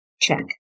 Check